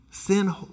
Sin